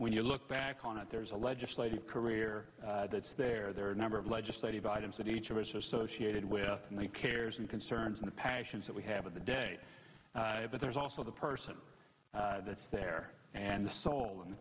when you look back on it there's a legislative career that's there there are a number of legislative items that each of us are associated with the cares and concerns and passions that we have of the day but there's also the person that's there and the soul and the